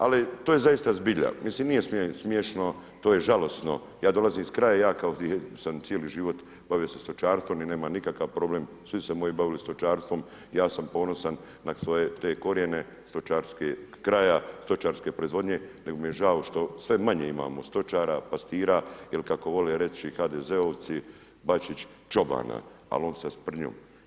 Ali to je zaista zbilja, mislim nije smiješno, to je žalosno, ja dolazim iz kraja, ja koji sam cijeli život bavio se stočarstvom i nemam nikakav problem, svi su se moji bavili stočarstvom, ja sam ponosan na svoje te korijene stočarske kraja, stočarske proizvodnje, nego mi je žao što sve manje imamo stočara, pastira jel kako vole reći HDZ-ovci, Bačić, čobana, al on sa sprdnjom.